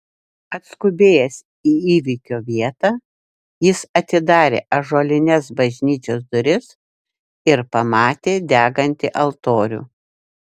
atskubėjęs į įvykio vietą jis atidarė ąžuolines bažnyčios duris ir pamatė degantį altorių